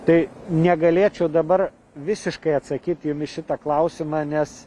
tai negalėčiau dabar visiškai atsakyt jum į šitą klausimą nes